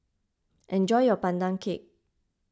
enjoy your Pandan Cake